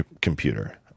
computer